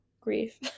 grief